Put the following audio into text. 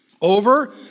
over